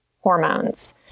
hormones